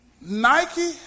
Nike